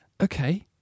Okay